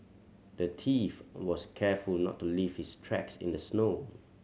the thief was careful not to leave his tracks in the snow